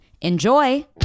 Enjoy